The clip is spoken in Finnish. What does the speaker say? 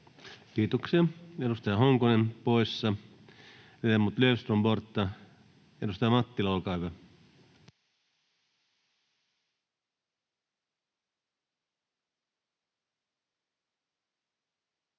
Kiitoksia. — Edustaja Marttinen poissa. — Edustaja Tanus, olkaa hyvä.